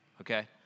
Okay